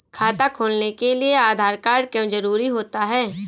खाता खोलने के लिए आधार कार्ड क्यो जरूरी होता है?